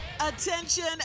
Attention